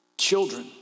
children